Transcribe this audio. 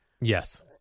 Yes